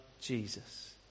Jesus